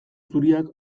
zuriak